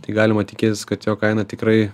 tai galima tikėtis kad jo kaina tikrai